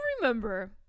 remember